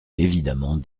évidemment